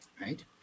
right